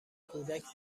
کودک